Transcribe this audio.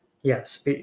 Yes